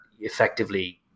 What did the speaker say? effectively